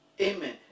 Amen